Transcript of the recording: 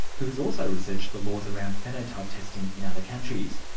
who has also researched the laws around phenotype testing in other countries.